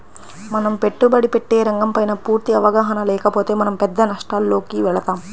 మనం పెట్టుబడి పెట్టే రంగంపైన పూర్తి అవగాహన లేకపోతే మనం పెద్ద నష్టాలలోకి వెళతాం